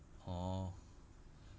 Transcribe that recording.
orh